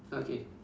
okay